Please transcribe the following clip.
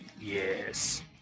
Yes